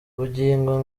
bugingo